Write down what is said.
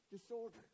disorder